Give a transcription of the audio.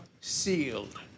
sealed